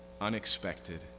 unexpected